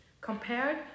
compared